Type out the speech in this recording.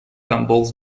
tumbles